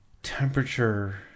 Temperature